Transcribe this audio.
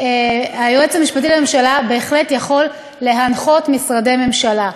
היועץ המשפטי לממשלה בהחלט יכול להנחות משרדי ממשלה.